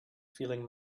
feeling